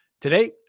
Today